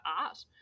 art